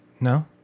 No